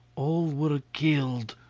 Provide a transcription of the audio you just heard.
all were killed,